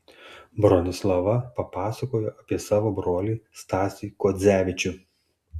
bronislava papasakojo apie savo brolį stasį kuodzevičių